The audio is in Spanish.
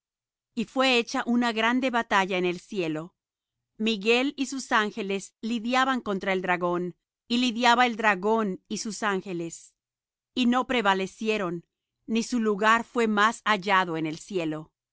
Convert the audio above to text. y fué hecha una grande batalla en el cielo miguel y sus ángeles lidiaban contra el dragón y lidiaba el dragón y sus ángeles y no prevalecieron ni su lugar fué más hallado en el cielo